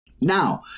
Now